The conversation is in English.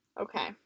Okay